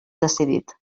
decidit